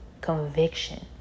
conviction